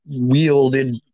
wielded